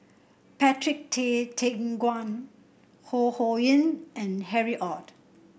Patrick Tay Teck Guan Ho Ho Ying and Harry Ord